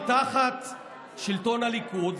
כי תחת שלטון הליכוד,